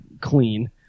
clean